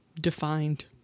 defined